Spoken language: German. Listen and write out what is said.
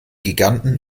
giganten